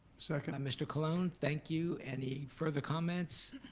second. mr. colon, thank you. any further comments?